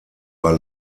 war